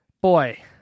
boy